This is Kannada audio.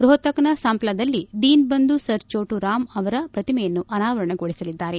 ರೊಹತಕ್ನ ಸಂಪ್ಲಾದಲ್ಲಿ ದೀನ ಬಂಧು ಸರ್ ಚೋಟು ರಾಮ್ ಅವರ ಪ್ರತಿಮೆಯನ್ನು ಅನಾವರಣಗೊಳಿಸಲಿದ್ದಾರೆ